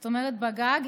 זאת אומרת בגג,